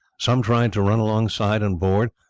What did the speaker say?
some tried to run alongside and board,